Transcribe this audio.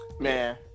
Man